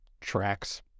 tracks